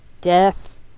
death